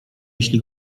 jeśli